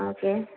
okay